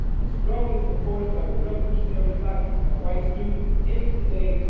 and strongly supported by the revolutionary black ah white students, ended today,